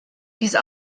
diese